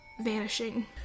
vanishing